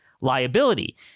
liability